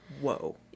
Whoa